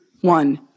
one